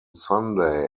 sunday